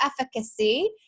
efficacy